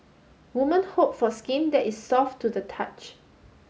women hope for skin that is soft to the touch